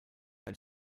elle